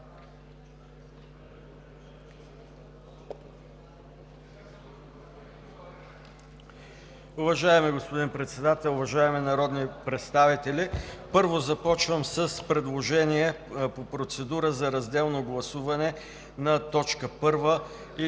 Уважаеми господин Председател, уважаеми народни представители! Първо, започвам с предложение по процедура за разделно гласуване на т. 1 и